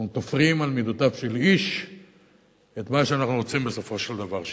אנחנו תופרים על מידותיו של איש את מה שאנחנו רוצים בסופו של דבר שיקרה.